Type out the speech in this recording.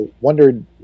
wondered